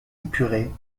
épuré